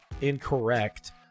incorrect